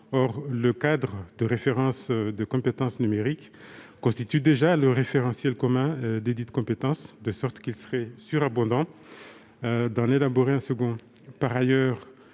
Or le cadre de référence des compétences numériques constitue déjà le référentiel commun desdites compétences, de sorte qu'il serait surabondant d'en élaborer un second.